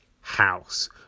house